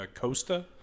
Costa